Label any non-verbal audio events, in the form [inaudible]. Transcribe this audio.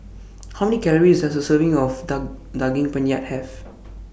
How Many Calories Does A Serving of [unintelligible] Daging Penyet Have